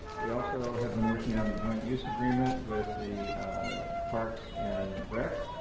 we also have been working on the joint use agreement with the parks and rec.